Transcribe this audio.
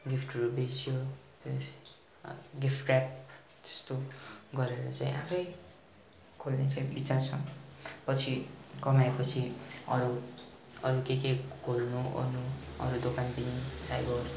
गिफ्टहरू बेच्यो त्यही गिफ्ट प्याक त्यस्तो गरेर चाहिँ आफै खोल्ने चाहिँ इच्छा छ पछि कमाएपछि अरू अरू के के खोल्नुओर्नु अरू दोकान पनि साइबर